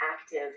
active